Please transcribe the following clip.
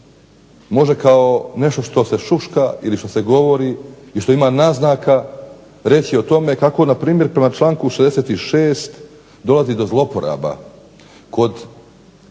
može kao nešto što se šuška i što se govori i što ima naznaka reći o tome kako npr. prema članku 66. dolazi do zloporaba kod